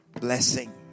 blessing